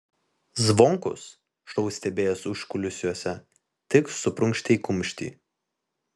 zvonkus šou stebėjęs užkulisiuose tik suprunkštė į kumštį